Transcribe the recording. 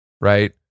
right